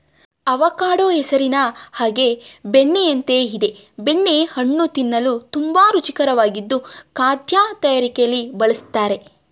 avocado ಹೆಸರಿನ ಹಾಗೆ ಬೆಣ್ಣೆಯಂತೆ ಇದೆ ಬೆಣ್ಣೆ ಹಣ್ಣು ತಿನ್ನಲು ತುಂಬಾ ರುಚಿಕರವಾಗಿದ್ದು ಖಾದ್ಯ ತಯಾರಿಕೆಲಿ ಬಳುಸ್ತರೆ